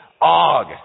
Og